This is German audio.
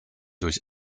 durch